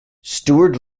steward